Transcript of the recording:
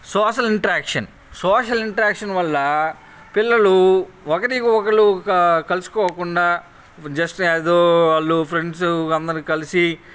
social interaction social interaction వల్ల పిల్లలు ఒకళ్ళకి ఒకళ్ళు కలుసుకోకుండా జస్ట్ ఏదో వాళ్ళు ఫ్రెండ్సు అందరు కలిసి